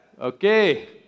Okay